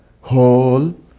whole